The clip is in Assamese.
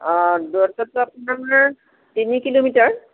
অঁ দূৰত্ৱটো আপোনাৰ তিনি কিলোমিটাৰ